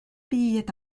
byd